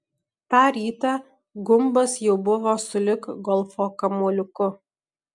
tą rytą gumbas jau buvo sulig golfo kamuoliuku